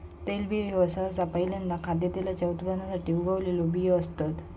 तेलबियो ह्यो सहसा पहील्यांदा खाद्यतेलाच्या उत्पादनासाठी उगवलेला बियो असतत